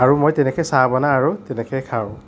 আৰু মই তেনেকেই চাহ বনাওঁ আৰু তেনেকেই খাওঁ